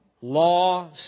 law